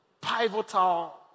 pivotal